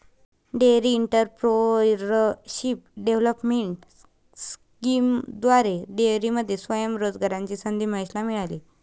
dairy entrepreneurship development स्कीमद्वारे डेअरीमध्ये स्वयं रोजगाराची संधी महेशला मिळाली